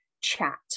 chat